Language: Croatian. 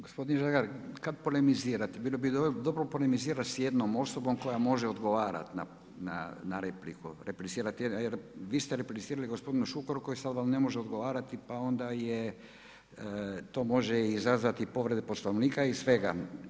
Gospodin Žagar, kad polemizirate bilo bi dobro polemizirati sa jednom osobom koja može odgovarat na repliku, replicirati jer vi ste replicirali gospodinu Šukeru koji sad vam ne može odgovarati pa onda je to može izazvati povrede Poslovnika i svega.